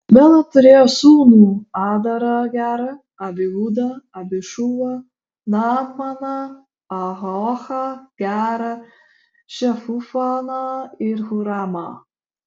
bela turėjo sūnų adarą gerą abihudą abišūvą naamaną ahoachą gerą šefufaną ir huramą